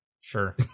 Sure